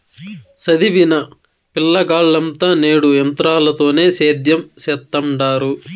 సదివిన పిలగాల్లంతా నేడు ఎంత్రాలతోనే సేద్యం సెత్తండారు